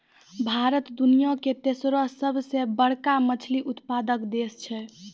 भारत दुनिया के तेसरो सभ से बड़का मछली उत्पादक देश छै